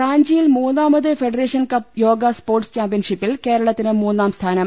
റാഞ്ചിയിൽ മൂന്നാമത് federation cup yoga sports ചാമ്പ്യൻഷിപ്പിൽ കേരളത്തിന് മൂന്നാം സ്ഥാനം